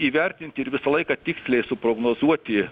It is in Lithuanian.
įvertinti ir visą laiką tiksliai suprognozuoti